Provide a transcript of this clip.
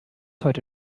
heute